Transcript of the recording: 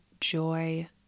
joy